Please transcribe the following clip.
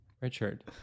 richard